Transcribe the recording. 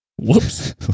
Whoops